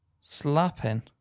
slapping